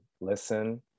listen